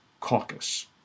Caucus